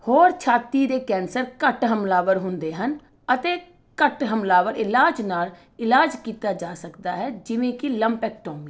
ਹੋਰ ਛਾਤੀ ਦੇ ਕੈਂਸਰ ਘੱਟ ਹਮਲਾਵਰ ਹੁੰਦੇ ਹਨ ਅਤੇ ਘੱਟ ਹਮਲਾਵਰ ਇਲਾਜ ਨਾਲ ਇਲਾਜ ਕੀਤਾ ਜਾ ਸਕਦਾ ਹੈ ਜਿਵੇਂ ਕਿ ਲੰਪੇਕਟੋਮੀ